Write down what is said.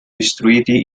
istruiti